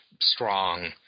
strong